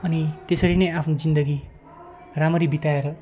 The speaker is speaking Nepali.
अनि त्यसरी नै आफ्नो जिन्दगी राम्ररी बिताएर